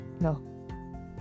No